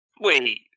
Wait